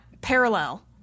Parallel